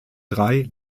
drei